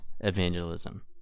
evangelism